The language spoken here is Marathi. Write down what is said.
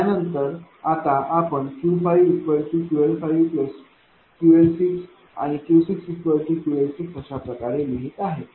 आता यानंतर आपण Q5QL5QL6 आणि Q6QL6अशा प्रकारे लिहित आहे